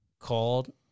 Called